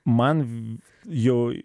man jau